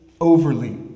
overly